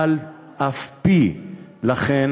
ואף-על-פי-כן,